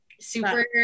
Super